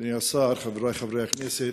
אדוני השר, חברי חברי הכנסת,